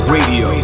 Radio